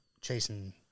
chasing